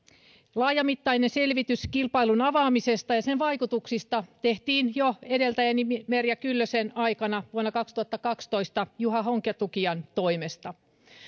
laajamittainen selvitys kilpailun avaamisesta ja sen vaikutuksista tehtiin jo edeltäjäni merja kyllösen aikana vuonna kaksituhattakaksitoista juha honkatukian toimesta